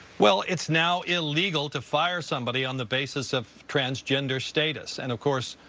well, it's now illegal to fire somebody on the basis of transgender status. and of course,